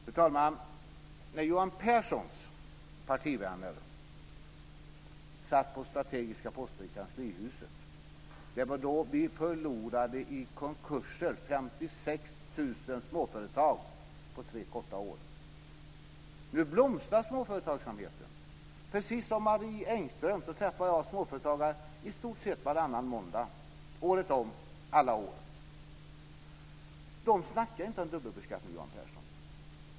Fru talman! Det var när Johan Pehrsons partivänner satt på strategiska poster i kanslihuset som vi i samband med konkurser på tre korta år förlorade 56 000 småföretag. Nu blomstrar småföretagsamheten. Precis som Marie Engström träffar också jag småföretagare. Det gör jag i stort sett varannan måndag - året om, varje år. De snackar inte om dubbelbeskattning, Johan Pehrson!